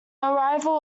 arrival